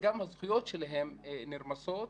גם הזכויות שלהם נרמסות,